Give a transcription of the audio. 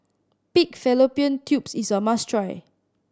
pig fallopian tubes is a must try